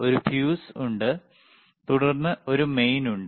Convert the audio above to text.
ഒരു ഫ്യൂസ് ഉണ്ട് തുടർന്ന് ഒരു മെയിൻ ഉണ്ട്